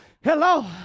hello